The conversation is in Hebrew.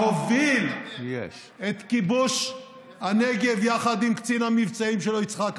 הוא שהוביל את כיבוש הנגב יחד עם קצין המבצעים שלו יצחק רבין.